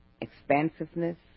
expansiveness